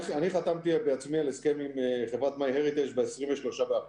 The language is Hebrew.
אני חתמתי בעצמי על הסכם עם חברת MyHeritage ב-23 באפריל.